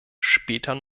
später